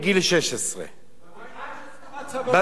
מגיל 16. הסכמת סבא וסבתא גם צריך?